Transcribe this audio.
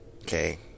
Okay